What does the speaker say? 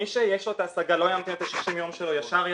מי שיש לו את ההשגה ולא ימתין את ה-60 יום שלו וישר ישיג,